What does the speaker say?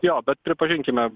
jo bet pripažinkime